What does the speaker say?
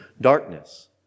darkness